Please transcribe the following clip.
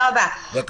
בבקשה.